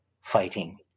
fighting